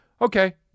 Okay